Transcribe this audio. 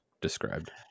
described